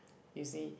you see